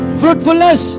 fruitfulness